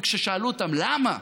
וכששאלו אותם למה,